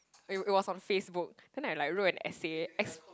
it it was on Facebook then I like wrote an essay ex~